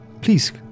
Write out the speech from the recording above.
Please